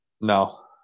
No